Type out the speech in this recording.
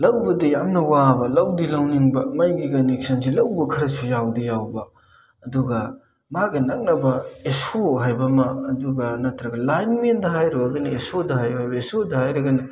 ꯂꯧꯕꯗꯤ ꯌꯥꯝꯅ ꯋꯥꯕ ꯂꯧꯗꯤ ꯂꯧꯅꯤꯡꯕ ꯃꯩꯒꯤ ꯀꯟꯅꯦꯛꯁꯟꯁꯤ ꯂꯧꯕ ꯈꯔꯁꯨ ꯌꯥꯎꯗꯤ ꯌꯥꯎꯕ ꯑꯗꯨꯒ ꯃꯥꯒ ꯅꯛꯅꯕ ꯑꯦꯁꯣ ꯍꯥꯏꯕ ꯑꯃ ꯑꯗꯨꯒ ꯅꯠꯇ꯭ꯔꯒ ꯂꯥꯏꯟꯃꯦꯟ ꯍꯥꯏꯔꯨꯔꯒꯅ ꯑꯦꯁꯣꯗ ꯍꯥꯏꯌꯨ ꯍꯥꯏꯕ ꯑꯦꯁꯣꯗ ꯍꯥꯏꯔꯒꯅ